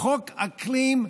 חוק האקלים,